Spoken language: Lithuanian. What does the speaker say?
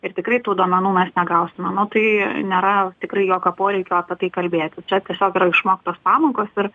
ir tikrai tų duomenų mes negausim manau tai nėra tikrai jokio poreikio apie tai kalbėti čia tiesiog išmoktos pamokos ir